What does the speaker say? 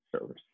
Service